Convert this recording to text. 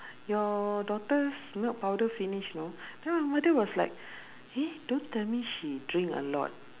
your daughter's milk powder finish you know then my mother was like eh don't tell me she drink a lot